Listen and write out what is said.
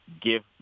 give